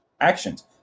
actions